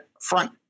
front